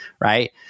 right